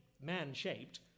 man-shaped